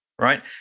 Right